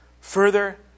further